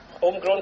Homegrown